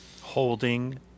Holding